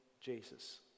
Jesus